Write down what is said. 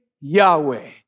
Yahweh